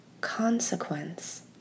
consequence